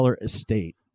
estate